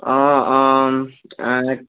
অঁ অঁ